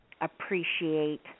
appreciate